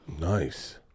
Nice